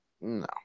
No